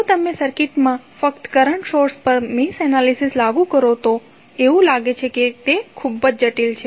જો તમે સર્કિટમાં ફક્ત કરંટ સોર્સ પર મેશ એનાલિસિસ લાગુ કરો તો એવું લાગે છે કે તે ખૂબ જટિલ છે